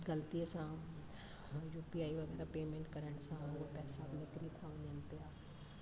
ग़लतीअ सां यूपीआई वग़ैरह पेमेंट करण सां पैसा बि निकरी था वञनि पिया